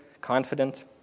Confident